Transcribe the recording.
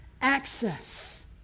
access